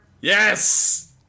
Yes